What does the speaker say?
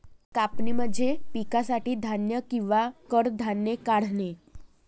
कापणी म्हणजे पिकासाठी धान्य किंवा कडधान्ये काढणे